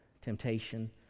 temptation